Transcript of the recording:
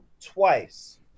twice